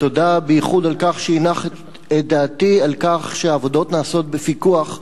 תודה בייחוד על כך שהנחת את דעתי על כך שהעבודות נעשות בפיקוח,